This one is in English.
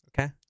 okay